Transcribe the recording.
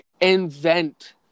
Invent